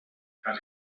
that